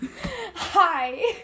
Hi